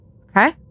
okay